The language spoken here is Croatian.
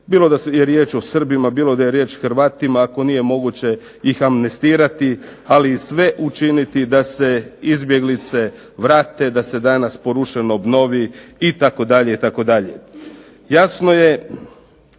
bilo da je riječ o Srbima, bilo da je riječ o Hrvatima ako nije moguće ih amnestirati. Ali i sve učiniti da se izbjeglice vrate, da se danas porušeno obnovi itd.